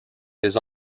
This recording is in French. les